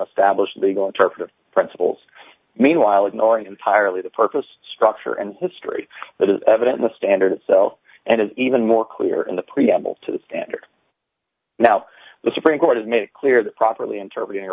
established legal interpretive principles meanwhile ignoring entirely the purpose structure and history that is evident in the standard itself and is even more clear in the preamble to the standard now the supreme court has made it clear that properly inter